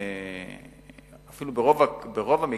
אפילו ברוב המקרים,